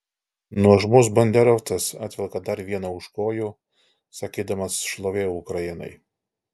nuožmus banderovcas atvelka dar vieną už kojų sakydamas šlovė ukrainai